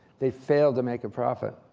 they fail to make a profit.